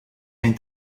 geen